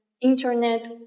internet